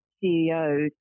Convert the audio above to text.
CEOs